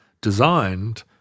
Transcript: designed